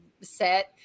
set